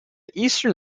eastern